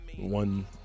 one